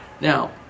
now